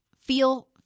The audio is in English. feel